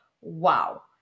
wow